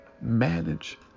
manage